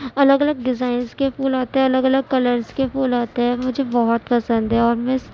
الگ الگ ڈیزائنس کے پھول آتے ہیں الگ الگ کلرز کے پھول آتے ہیں مجھے بہت پسند ہیں اور میں اس